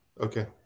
Okay